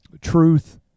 truth